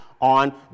on